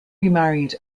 remarried